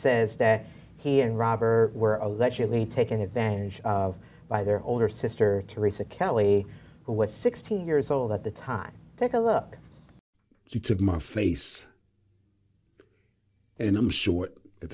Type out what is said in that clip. says that he and robert were allegedly taken advantage of by their owner sister teresa kelly who was sixteen years old at the time take a look she took my face and i'm sure at